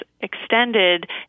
extended